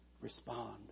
respond